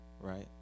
right